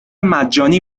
مجانی